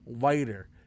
lighter